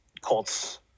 Colts